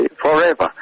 forever